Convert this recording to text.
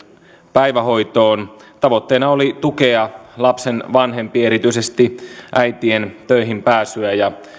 päivähoitoon tavoitteena oli tukea lapsen vanhempien erityisesti äitien töihin pääsyä ja